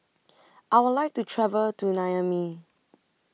I Would like to travel to Niamey